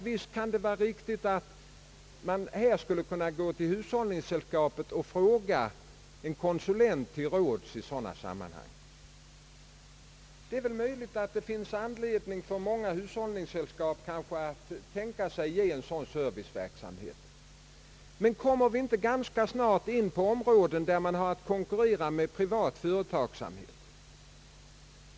Visst kan det vara riktigt att man skall ha möjligheter att fråga en konsulent hos hushållningssällskapet till råds i sådana sammanhang, och jag tror att många hushållningssällskap har anledning att tänka på att ge en sådan service. Men kommer man inte här ganska snart in på områden där det blir fråga om konkurrens med privat företagsamhet?